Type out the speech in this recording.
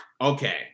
Okay